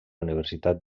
universitat